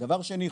דבר שני,